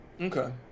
Okay